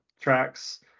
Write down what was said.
tracks